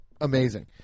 amazing